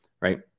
right